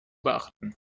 beachten